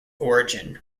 origin